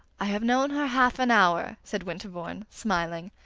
i have known her half an hour! said winterbourne, smiling.